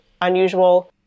unusual